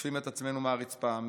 אוספים את עצמנו מהרצפה,